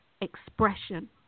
expression